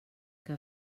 que